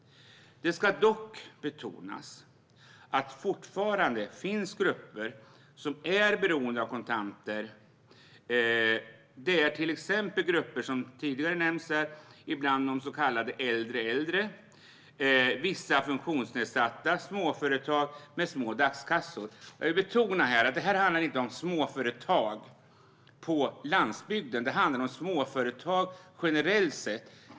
Det ska dock betonas att det fortfarande finns grupper som är beroende av kontanter, till exempel gruppen som ibland kallas äldre äldre, vissa funktionsnedsatta och småföretag med små dagskassor. Jag vill betona att det här inte handlar om småföretag på landsbygden, utan det handlar om småföretag generellt sett.